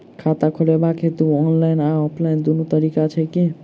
खाता खोलेबाक हेतु ऑनलाइन आ ऑफलाइन दुनू तरीका छै की?